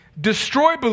destroy